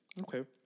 Okay